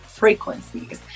Frequencies